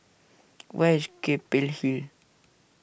where is Keppel Hill